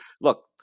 look